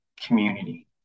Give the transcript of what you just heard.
community